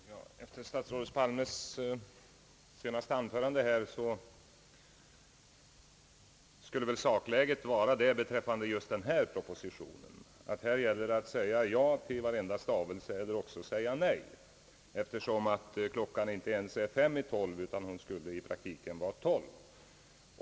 Herr talman! Efter statsrådet Palmes senaste anförande skulle väl sakläget beträffande just denna proposition vara att det gäller att säga ja till varenda stavelse eller också säga nej, eftersom klockan inte bara är fem i tolv utan i praktiken redan tolv.